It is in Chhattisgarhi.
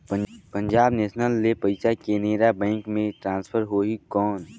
पंजाब नेशनल ले पइसा केनेरा बैंक मे ट्रांसफर होहि कौन?